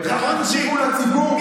הן רק יחזירו לציבור חלק מההשקעה,